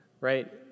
right